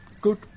Good